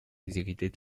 exécuter